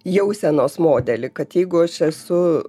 jausenos modelį kad jeigu aš esu